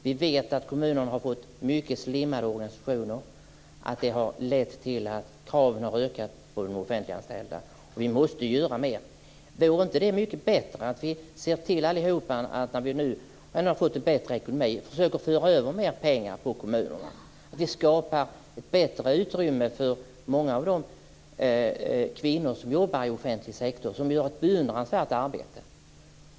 Vi vet att kommunerna har fått mycket slimmade organisationer, vilket har lett till att kraven på de offentliganställda har ökat. Vi måste göra mer. Vore det inte mycket bättre om vi allihop, nu när ekonomin har blivit bättre, försökte att föra över mer pengar till kommunerna? Det skapar ett större utrymme för många av de kvinnor som jobbar i offentlig sektor och som utför ett beundransvärt arbete.